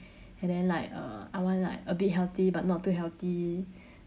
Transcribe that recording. and then like uh I want like a bit healthy but not too healthy